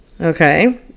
Okay